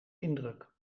indruk